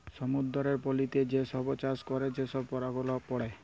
সমুদ্দুরের পলিতে যে ছব চাষ ক্যরে যেমল পরভাব গুলা পড়ে